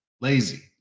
lazy